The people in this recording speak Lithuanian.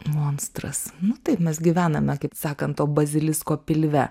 monstras nu taip mes gyvename kaip sakant o bazilisko pilve